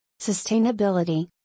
Sustainability